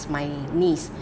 is my niece